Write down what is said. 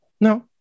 no